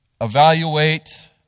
evaluate